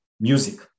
music